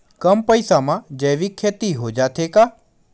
कम पईसा मा जैविक खेती हो जाथे का?